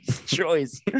choice